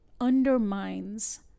undermines